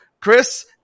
Chris